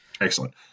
Excellent